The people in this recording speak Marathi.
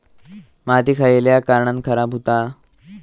माती खयल्या कारणान खराब हुता?